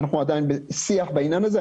אנחנו עדיין בשיח בעניין הזה.